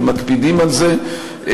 ומקפידים על זה.